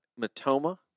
Matoma